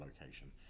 location